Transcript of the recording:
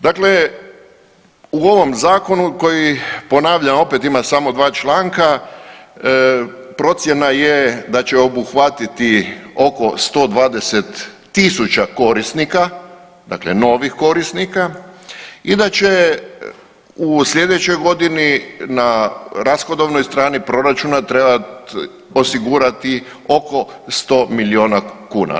Dakle, u ovom Zakonu koji ponavljam opet ima samo dva članka procjena je da će obuhvatiti oko 120 tisuća korisnika dakle novih korisnika i da će u sljedećoj godini na rashodovnoj strani proračuna trebati osigurati oko 100 milijuna kuna.